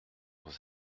leurs